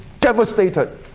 devastated